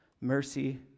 mercy